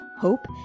hope